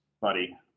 buddy